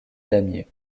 damier